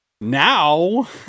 Now